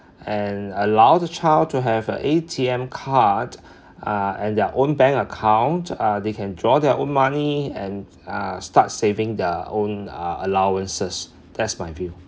and allow the child to have an A_T_M card uh and their own bank account uh they can draw their own money and uh start saving their own uh allowances that's my view